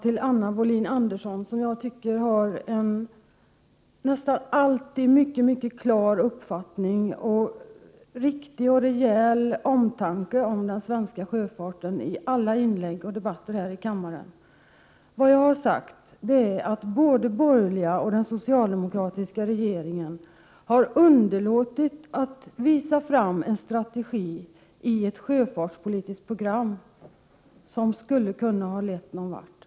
Till Anna Wohlin-Andersson, som jag tycker nästan alltid har en mycket klar uppfattning och som visat en riktig och rejäl omtanke om den svenska sjöfarten i alla inlägg här i kammaren, vill jag betona att vad jag har sagt är att både borgerliga regeringar och den socialdemokratiska regeringen har underlåtit att visa fram en strategi i ett sjöfartspolitiskt program som skulle ha kunnat leda någon vart.